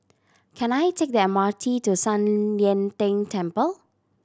can I take the M R T to San Lian Deng Temple